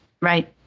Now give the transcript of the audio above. right